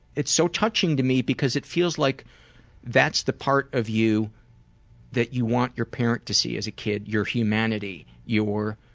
it's so touching to me because it feels like that's the part of you that you want your parent to see as a kid, your humanity,